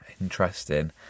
Interesting